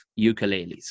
ukuleles